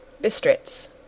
BISTRITZ